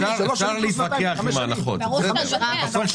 זה חמש שנים.